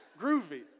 groovy